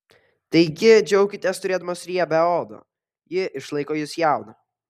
taigi džiaukitės turėdamos riebią odą ji išlaiko jus jauną